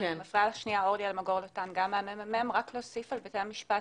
אני רוצה להוסיף בעניין בתי המשפט